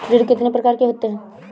ऋण कितनी प्रकार के होते हैं?